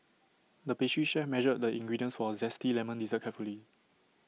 the pastry chef measured the ingredients for A Zesty Lemon Dessert carefully